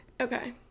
Okay